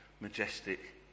majestic